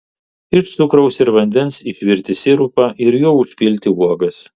iš cukraus ir vandens išvirti sirupą ir juo užpilti uogas